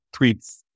tweets